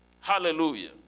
Hallelujah